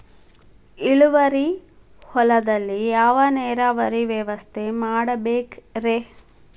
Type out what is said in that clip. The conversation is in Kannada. ಇಳುವಾರಿ ಹೊಲದಲ್ಲಿ ಯಾವ ನೇರಾವರಿ ವ್ಯವಸ್ಥೆ ಮಾಡಬೇಕ್ ರೇ?